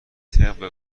طبق